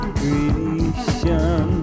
creation